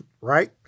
Right